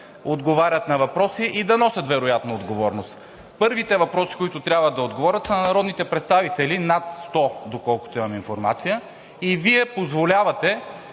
отговарят на въпроси и да носят вероятно отговорност. Първите въпроси, на които трябва да отговорят, са на народните представители – над 100, доколкото имам информация, и Вие позволявате